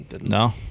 No